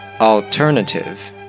Alternative